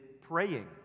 praying